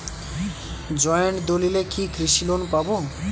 Joint দলিলে কি কৃষি লোন পাব?